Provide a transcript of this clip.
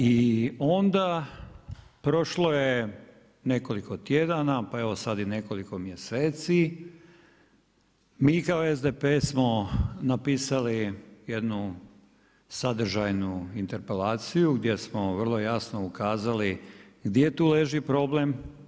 I onda prošlo je nekoliko tjedana, pa evo sad i nekoliko mjeseci mi kao SDP smo napisali jednu sadržajnu interpelaciju gdje smo vrlo jasno ukazali gdje tu leži problem.